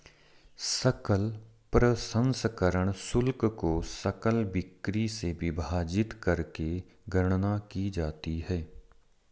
सकल प्रसंस्करण शुल्क को सकल बिक्री से विभाजित करके गणना की जाती है